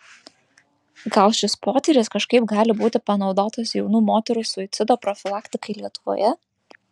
gal šis potyris kažkaip gali būti panaudotas jaunų moterų suicido profilaktikai lietuvoje